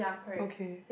okay